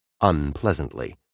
unpleasantly